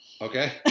Okay